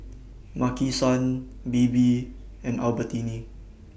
Maki San Bebe and Albertini